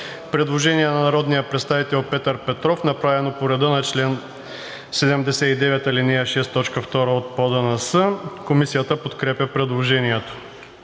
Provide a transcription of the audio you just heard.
Предложение на народния представител Петър Петров, направено по реда на чл. 79, ал. 6, т. 2 от ПОДНС. Комисията подкрепя предложението.